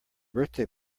birthday